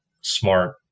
smart